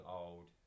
old